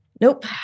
Nope